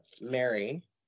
Mary